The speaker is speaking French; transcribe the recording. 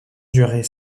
durait